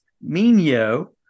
Mino